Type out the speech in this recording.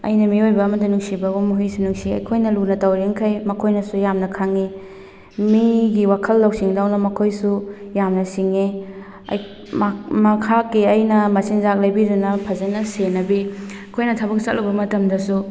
ꯑꯩꯅ ꯃꯤꯑꯣꯏꯕ ꯑꯃꯗ ꯅꯨꯡꯁꯤꯕꯒꯨꯝ ꯍꯨꯏꯁꯨ ꯅꯨꯡꯁꯤ ꯑꯩꯈꯣꯏꯅ ꯂꯨꯅ ꯇꯧꯔꯤꯝꯈꯩ ꯃꯈꯣꯏꯅꯁꯨ ꯌꯥꯝꯅ ꯈꯪꯉꯤ ꯃꯤꯒꯤ ꯋꯥꯈꯜ ꯂꯧꯁꯤꯡꯗꯧꯅ ꯃꯈꯣꯏꯁꯨ ꯌꯥꯝꯅ ꯁꯤꯡꯉꯤ ꯃꯍꯥꯛꯀꯤ ꯑꯩꯅ ꯃꯆꯤꯟꯖꯥꯛ ꯂꯩꯕꯤꯗꯨꯅ ꯐꯖꯅ ꯁꯦꯟꯅꯕꯤ ꯑꯩꯈꯣꯏꯅ ꯊꯕꯛ ꯆꯠꯂꯨꯕ ꯃꯇꯝꯗꯁꯨ